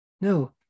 No